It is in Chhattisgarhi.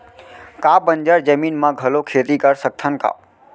का बंजर जमीन म घलो खेती कर सकथन का?